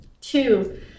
Two